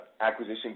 acquisition